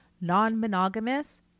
non-monogamous